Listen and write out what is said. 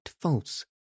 false